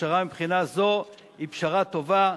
הפשרה מבחינה זו היא פשרה טובה.